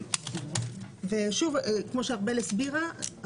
כפי שארבל הסבירה,